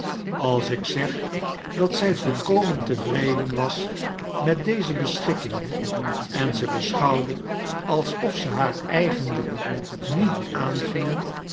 als ik zeg dat zij volkoman teweden was met deze beschikkingen en ae beschouwde alsof ze haar eigenlijk niet aangingem